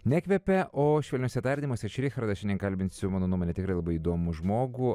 nekvepia o švelniuose tardymuose aš richardas šiandien kalbinsiu mano nuomone tikrai labai įdomų žmogų